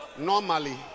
normally